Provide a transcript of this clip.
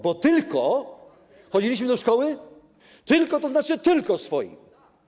Bo tylko - chodziliśmy do szkoły? - to znaczy tylko swoim.